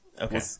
Okay